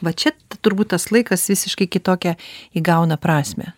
va čia t turbūt tas laikas visiškai kitokia įgauna prasmę